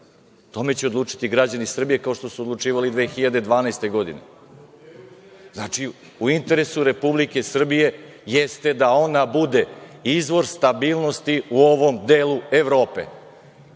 tome će odlučiti građani Srbije, kao što su odlučivali 2012. godine. Znači, u interesu Republike Srbije jeste da ona bude izvor stabilnosti u ovom delu Evrope.